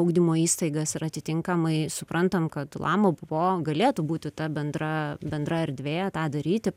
ugdymo įstaigas ir atitinkamai suprantam kad lama bpo galėtų būti ta bendra bendra erdvė tą daryti